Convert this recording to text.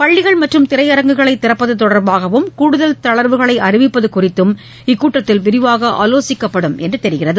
பள்ளிகள் மற்றும் திரையரங்குகளைதிறப்பதுதொடர்பாகவும் கூடுதல் தளர்வுகளைஅறிவிப்பதுகுறித்தும் இக்கூட்டத்தில் விரிவாகஆலோசிக்கப்படும் என்றுதெரிகிறது